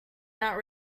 not